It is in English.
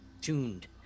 tuned